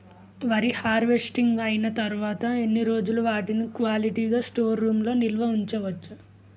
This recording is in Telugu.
వరి హార్వెస్టింగ్ అయినా తరువత ఎన్ని రోజులు వాటిని క్వాలిటీ గ స్టోర్ రూమ్ లొ నిల్వ ఉంచ వచ్చు?